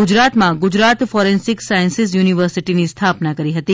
ગુજરાતમાં Gujarat forensic sciences યુનિવર્સિટીની સ્થાપના કરી હતી